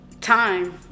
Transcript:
Time